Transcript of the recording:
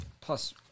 Plus